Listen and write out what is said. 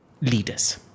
leaders